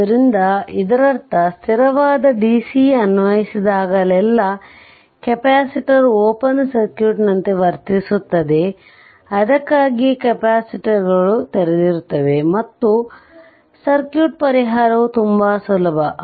ಆದ್ದರಿಂದ ಇದರರ್ಥ ಸ್ಥಿರವಾದ ಡಿಸಿ ಅನ್ವಯಿಸಿದಾಗಲೆಲ್ಲಾ ಕೆಪಾಸಿಟರ್ ಓಪನ್ ಸರ್ಕ್ಯೂಟ್ನಂತೆ ವರ್ತಿಸುತ್ತದೆ ಅದಕ್ಕಾಗಿಯೇ ಕೆಪಾಸಿಟರ್ಗಳುತೆರೆದಿರುತ್ತವೆ ಮತ್ತು ಸರ್ಕ್ಯೂಟ್ ಪರಿಹಾರವು ತುಂಬಾ ಸುಲಭ